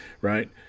right